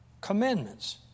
commandments